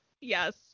Yes